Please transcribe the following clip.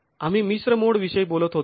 आम्ही मिश्र मोड विषयी बोलत होतो